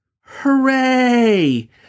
Hooray